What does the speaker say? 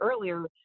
earlier